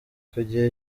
kugira